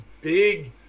big